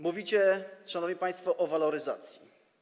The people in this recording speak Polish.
Mówicie, szanowni państwo, o waloryzacji.